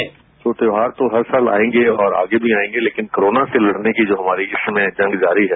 sound bite त्योहार तो हर साल आएंगे और आगे भी आएंगे लेकिन कोरोना से लड़ने की जो हमारी इस समय जंग जारी है